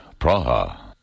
Praha